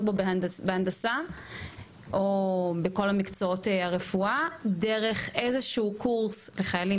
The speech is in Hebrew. בהנדסה או בכל מקצועות הרפואה דרך קורס מסוים לחיילים